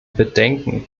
bedenken